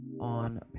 on